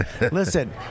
Listen